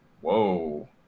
whoa